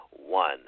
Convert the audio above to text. one